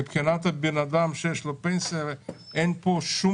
מבחינת הבן אדם שיש לו פנסיה, אין פה שום